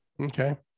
Okay